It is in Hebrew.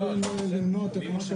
חברת הכנסת